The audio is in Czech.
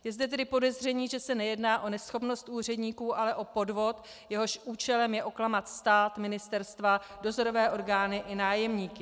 Je zde tedy podezření, že se nejedná o neschopnost úředníků, ale o podvod, jehož účelem je oklamat stát, ministerstva, dozorové orgány i nájemníky.